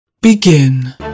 Begin